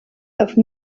have